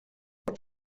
what